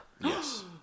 Yes